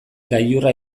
gailurra